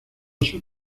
sus